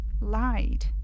lied